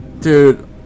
dude